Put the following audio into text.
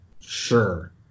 Sure